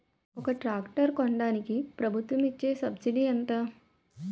ఒక ట్రాక్టర్ కొనడానికి ప్రభుత్వం ఇచే సబ్సిడీ ఎంత?